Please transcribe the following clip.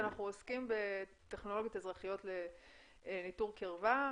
אנחנו עוסקים בטכנולוגיות אזרחיות לניטור קירבה.